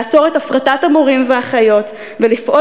לעצור את הפרטת המורים והאחיות ולפעול